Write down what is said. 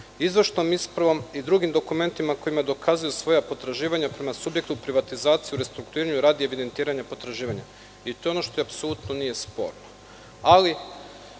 izvršnom ispravom i drugim dokumentima kojima dokazuju svoja potraživanja prema subjektu privatizacije u restrukturiranju radi evidentiranja potraživanja“. To je ono što apsolutno nije sporno. Drugi